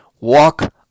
walk